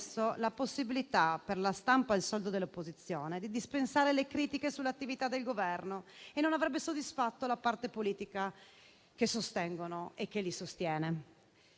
la possibilità, per la stampa al soldo dell'opposizione, di dispensare le critiche sull'attività del Governo e non avrebbe soddisfatto la parte politica che sostengono e che li sostiene.